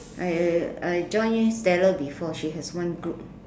I I I join Stella before she has one group